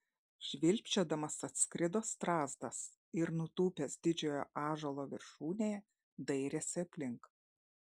švilpčiodamas atskrido strazdas ir nutūpęs didžiojo ąžuolo viršūnėje dairėsi aplink